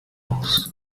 aus